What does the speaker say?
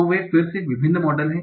तो वे फिर से विभिन्न मॉडल हैं